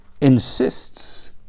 insists